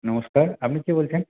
নমস্কার আপনি কে বলছেন